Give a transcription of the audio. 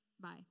bye